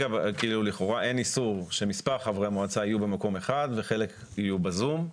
לכאורה אין איסור שמספר חברי מועצה יהיו במקום אחד וחלק יהיו ב-זום.